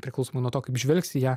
priklausomai nuo to kaip žvelgsi ją